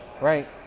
right